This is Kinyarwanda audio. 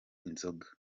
inzoga